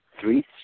Three